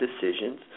decisions